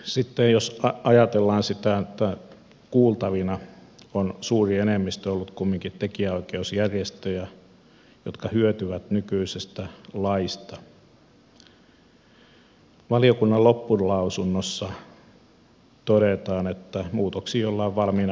sitten jos ajatellaan sitä että kuultavana on ollut kumminkin suuri enemmistö tekijänoikeusjärjestöjä jotka hyötyvät nykyisestä laista valiokunnan loppulausunnossa todetaan että muutoksiin ollaan valmiina kunhan ne turvaavat tekijänoikeudet